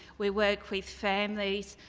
we work with families,